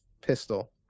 pistol